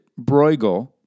Bruegel